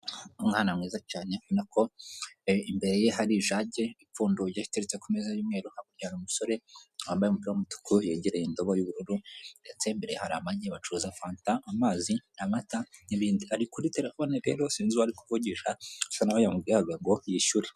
Umwana mwiza cyane ubona ko imbere ye hari ijage ipfunduye iteretse ku meza y'umweru, hakurya umusore wambaye umupi w'umutuku yegereye indobo y'ubururu ndetse imbere hari amagi bacuruza fanta, amazi, amata n'ibindi ari kuri telefone rero sinzi uwari kuvugisha, bisa naho yamubwirahaga ngo yishyure.